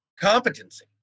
competency